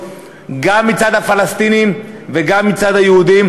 גם מצד הפלסטינים וגם מצד היהודים,